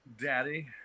Daddy